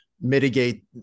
mitigate